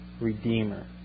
redeemer